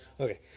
Okay